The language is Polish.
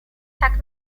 tak